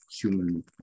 human